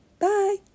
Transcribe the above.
Bye